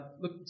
Look